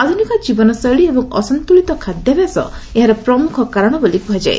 ଆଧୁନିକ ଜୀବନଶୈଳୀ ଏବଂ ଅସନ୍ତୁଳିତ ଖାଦ୍ୟାଭ୍ୟାସ ଏହାର ପ୍ରମୁଖ କାରଣ ବୋଲି କୁହାଯାଏ